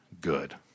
good